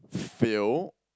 fail